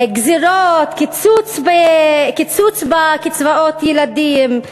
גזירות, קיצוץ בקצבאות ילדים,